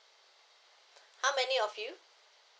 how many of you